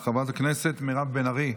חברת הכנסת מירב בן ארי,